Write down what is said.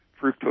fructose